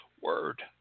word